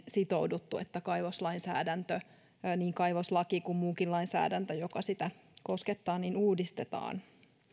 sitouduttu siihen että kaivoslainsäädäntö niin kaivoslaki kuin muukin lainsäädäntö joka sitä koskettaa uudistetaan